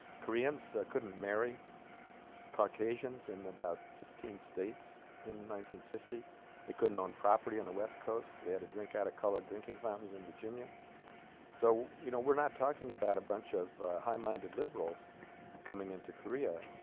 koreans ah. couldn't marry caucasians in about fifteen states in nineteen fifty they couldn't own property on the west coast they had to drink at colored drinking fountains in virginia so you know we're not talking about a bunch of ah. high-minded liberals coming into korea ah.